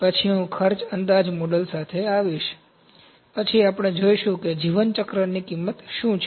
પછી હું ખર્ચ અંદાજ મોડેલ સાથે આવીશ પછી આપણે જોઈશું કે જીવન ચક્રની કિંમત શું છે